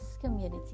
community